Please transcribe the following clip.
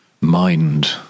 mind